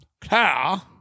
Claire